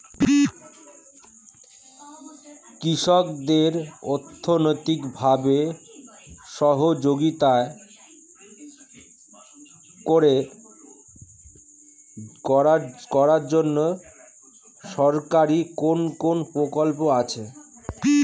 কৃষকদের আর্থিকভাবে সহযোগিতা করার জন্য সরকারি কোন কোন প্রকল্প আছে?